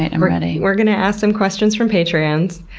and i'm ready. we're going to ask some questions from patrons.